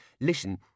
Listen